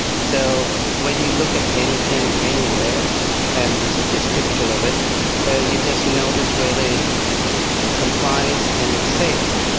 so when you look at anything anywhere and this is just typical of it ah you just notice whether it complies and it's safe.